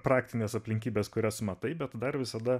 praktines aplinkybes kurias matai bet dar visada